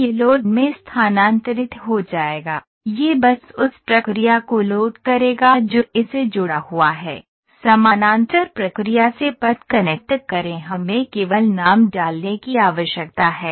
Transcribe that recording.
यह लोड में स्थानांतरित हो जाएगा यह बस उस प्रक्रिया को लोड करेगा जो इसे जुड़ा हुआ है समानांतर प्रक्रिया से पथ कनेक्ट करें हमें केवल नाम डालने की आवश्यकता है